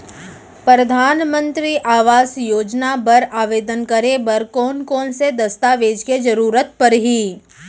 परधानमंतरी आवास योजना बर आवेदन करे बर कोन कोन से दस्तावेज के जरूरत परही?